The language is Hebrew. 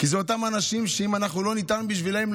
כי אלה אותם אנשים שאם אנחנו לא נטען בשבילם,